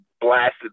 blasted